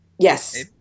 Yes